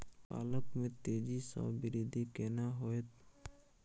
पालक में तेजी स वृद्धि केना होयत?